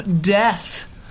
Death